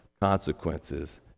consequences